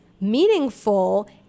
meaningful